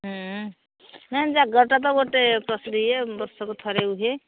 ନାଇ ଜାଗର ଟା ତ ଗୋଟେ ପ୍ରସିଦ୍ଧ ୟେ ବର୍ଷ କୁ ଥରେ ହୁଏ